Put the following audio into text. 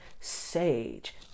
sage